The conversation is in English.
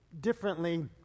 differently